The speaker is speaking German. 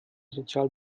sozial